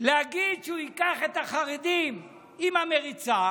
להגיד שהוא ייקח את החרדים עם המריצה